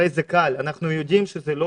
אנחנו יודעים שזה קל,